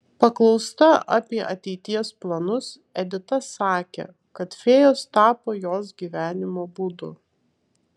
paklausta apie ateities planus edita sakė kad fėjos tapo jos gyvenimo būdu